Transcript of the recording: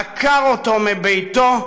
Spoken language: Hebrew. עקר אותו מביתו,